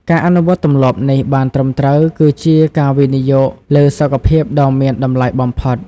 ការអនុវត្តទម្លាប់នេះបានត្រឹមត្រូវ គឺជាការវិនិយោគលើសុខភាពដ៏មានតម្លៃបំផុត។